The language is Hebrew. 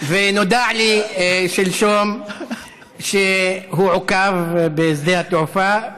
ונודע לי שלשום שהוא עוכב בשדה התעופה,